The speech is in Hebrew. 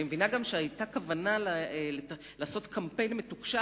אני מבינה גם שהיתה כוונה לעשות קמפיין מתוקשר,